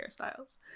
hairstyles